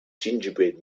gingerbread